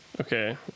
Okay